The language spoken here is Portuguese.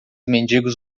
mendigos